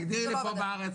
תגדירי לי פה בארץ,